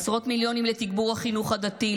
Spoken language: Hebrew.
עשרות מיליונים לתגבור החינוך הדתי,